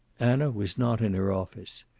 anna was not in her office.